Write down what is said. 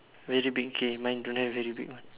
very big okay mine don't have very big one